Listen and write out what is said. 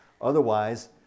Otherwise